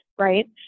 right